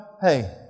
Hey